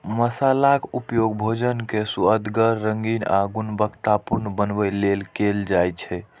मसालाक उपयोग भोजन कें सुअदगर, रंगीन आ गुणवतत्तापूर्ण बनबै लेल कैल जाइ छै